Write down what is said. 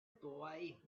boy